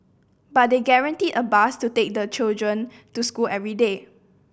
but they guaranteed a bus to take the children to school every day